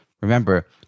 Remember